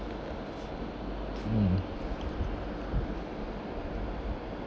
mm